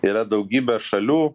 yra daugybė šalių